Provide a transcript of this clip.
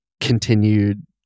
continued